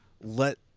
let